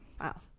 Wow